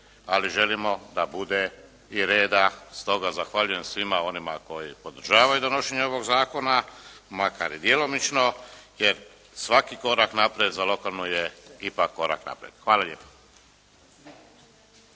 ali želimo da bude i reda. Stoga zahvaljujem svima onima koji podržavaju donošenje ovog zakona makar i djelomično jer svaki korak naprijed za lokalnu je ipak korak naprijed. Hvala lijepa.